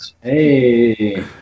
Hey